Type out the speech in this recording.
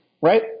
right